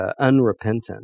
unrepentant